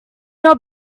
not